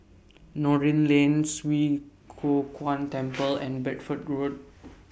Noordin Lane Swee Kow Kuan Temple and Bedford Road